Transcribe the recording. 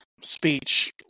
speech